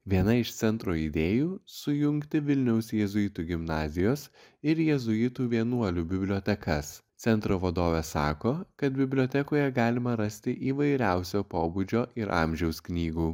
viena iš centro idėjų sujungti vilniaus jėzuitų gimnazijos ir jėzuitų vienuolių bibliotekas centro vadovė sako kad bibliotekoje galima rasti įvairiausio pobūdžio ir amžiaus knygų